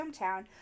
hometown